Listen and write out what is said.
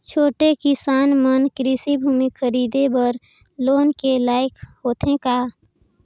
छोटके किसान मन कृषि भूमि खरीदे बर लोन के लायक होथे का?